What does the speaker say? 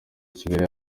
kigali